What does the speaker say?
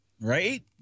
right